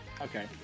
Okay